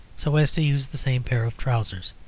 so as to use the same pair of trousers.